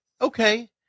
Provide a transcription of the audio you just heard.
Okay